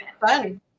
fun